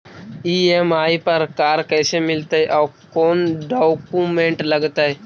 EMI पर car कैसे मिलतै औ कोन डाउकमेंट लगतै?